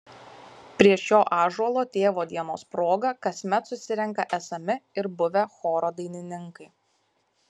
prie šio ąžuolo tėvo dienos proga kasmet susirenka esami ir buvę choro dainininkai